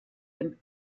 dem